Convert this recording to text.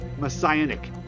messianic